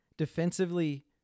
defensively